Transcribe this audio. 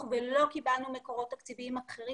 ולא קיבלנו ממקורות תקציביים אחרים.